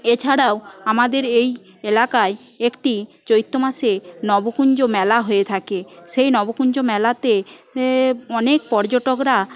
এছাড়াও আমাদের এই এলাকায় একটি চৈত্র মাসে নবপুঞ্জ মেলা হয়ে থাকে সেই নবপুঞ্জ মেলাতে অনেক পর্যটকরা